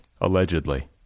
allegedly